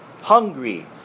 hungry